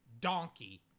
donkey